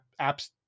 apps